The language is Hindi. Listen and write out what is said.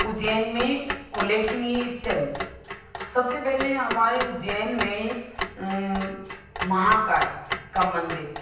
उज्जैन में उल्लेखनीय स्थल सबसे पहले हमारे उज्जैन में महाकाल का मंदिर